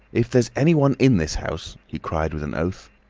if there's anyone in this house he cried with an oath,